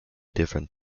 different